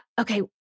okay